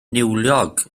niwlog